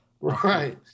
right